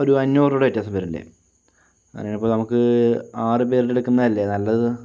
ഒരു അഞ്ഞൂറ് രൂപയുടെ വ്യത്യാസം വരില്ലേ അങ്ങനെയാകുമ്പോൾ നമ്മക്ക് ആറുപേരുടെ എടുക്കുന്നത് അല്ലേ നല്ലത്